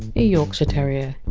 a yorkshire terrier.